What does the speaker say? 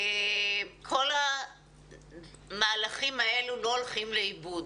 כל המהלכים האלה לא הולכים לאיבוד.